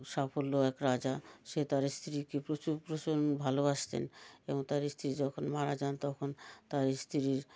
সাফল্য এক রাজা সে তার স্ত্রীকে প্রচুর ভালোবাসতেন এবং তার স্ত্রী যখন মারা যান তখন তার স্ত্রীর